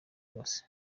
yose